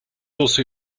also